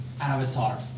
Avatar